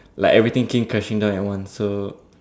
like everything came crashing down at once so